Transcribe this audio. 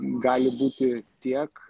gali būti tiek